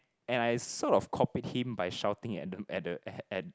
and I sort of copied him by shouting at them at the at at